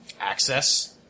Access